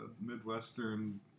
Midwestern